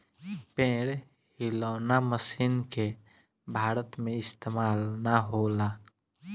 पेड़ हिलौना मशीन के भारत में इस्तेमाल ना होला